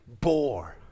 bore